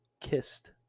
Kissed